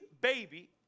baby